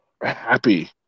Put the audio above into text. happy